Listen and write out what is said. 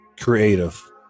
creative